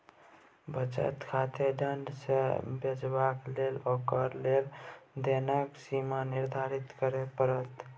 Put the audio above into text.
बचत खाताकेँ दण्ड सँ बचेबाक लेल ओकर लेन देनक सीमा निर्धारित करय पड़त